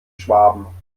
schwaben